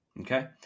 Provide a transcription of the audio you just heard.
Okay